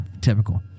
typical